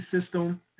system